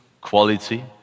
quality